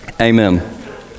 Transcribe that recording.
Amen